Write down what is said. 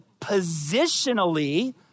positionally